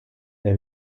der